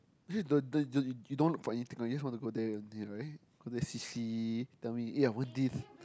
okay the the the you don't want to buy anything right you just want to go there only right go there see see tell me eh I want this